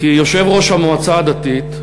כי יושב-ראש המועצה הדתית,